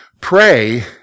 pray